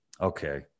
okay